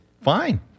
Fine